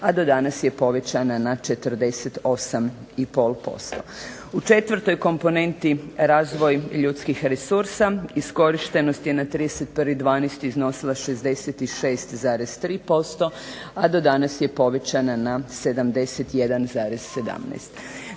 a do danas je povećana na 48,5%. U četvrtoj komponenti – Razvoj ljudskih resursa iskorištenost je na 31.12. iznosila 66,3%, a do danas je povećana na 71,17%.